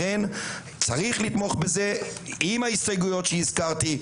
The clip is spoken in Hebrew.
צריך לתמוך בזה עם ההסתייגויות שהזכרתי,